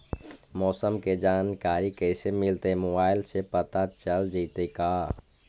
मौसम के जानकारी कैसे मिलतै मोबाईल से पता चल जितै का?